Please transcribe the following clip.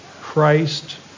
Christ